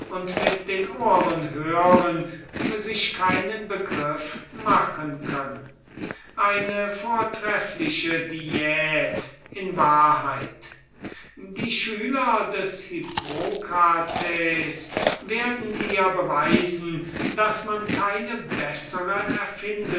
mit den ohren hören sich keinen begriff machen können eine vortreffliche diät in wahrheit die schüler des hippokrates werden dir beweisen daß man keine bessere